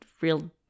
real